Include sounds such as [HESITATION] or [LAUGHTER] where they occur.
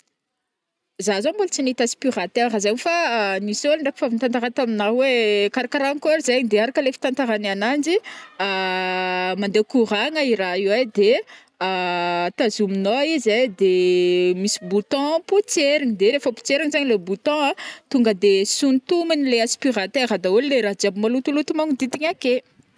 Za zagny mbola tsy nahita aspirateur zegny fa [HESITATION] nisy ologno ndraiky fa avy nitantara tamina oe karakarakôry zegny de araka le fitantaragny ananjy [HESITATION] mande courant io raha io de [HESITATION] tazômignô izy ai, de [HESITATION] misy bouton potserigny de rehefa potserigny zegny le bouton an, tonga de sontominle aspirateur dahôly le raha jiaby malotoloto manodidigna ake.